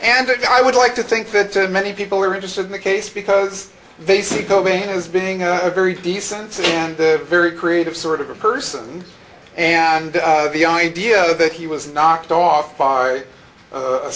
and i would like to think that many people are interested in the case because they see kobe has being a very decent and the very creative sort of person and the idea that he was knocked off by a